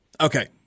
Okay